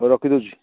ହଉ ରଖି ଦେଉଛି